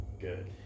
good